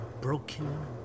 broken